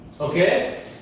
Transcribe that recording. Okay